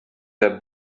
their